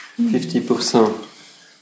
50%